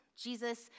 Jesus